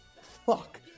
fuck